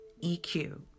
EQ